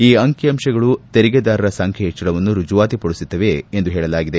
ಈ ಅಂಕಿ ಅಂಶಗಳು ತೆರಿಗೆದಾರರ ಸಂಖ್ಯೆ ಹೆಚ್ಚಳವನ್ನು ರುಜುವಾತುಪಡಿಸುತ್ತದೆ ಎಂದು ಹೇಳಲಾಗಿದೆ